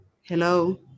Hello